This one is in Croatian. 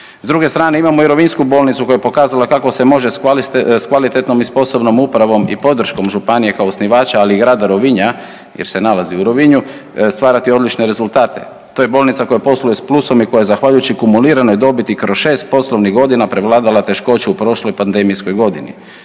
S druge strane, imamo i rovinjsku bolnicu koje je pokazala kako se može s kvalitetnom i sposobnom upravom i podrškom županije kao osnivača, ali i grada Rovinja jer se nalazi u Rovinju, stvarati odlične rezultate. To je bolnica koja posluje s plusom i koja zahvaljujući kumuliranoj dobiti kroz 6 poslovnih godina, prevladala teškoće u prošloj pandemijskoj godini.